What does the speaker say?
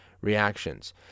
reactions